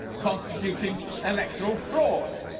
constituting electoral fraud.